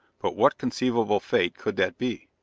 but what conceivable fate could that be?